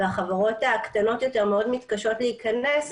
והחברות הקטנות יותר מתקשות להיכנס,